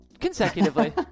Consecutively